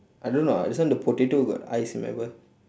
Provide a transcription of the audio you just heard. I don't know ah this one the potato got eyes remember